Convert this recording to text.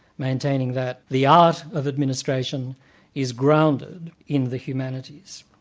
maintaining that the art of administration is grounded in the humanities.